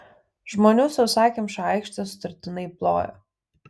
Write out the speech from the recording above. žmonių sausakimša aikštė sutartinai plojo